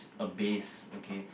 a base okay